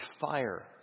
fire